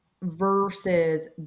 versus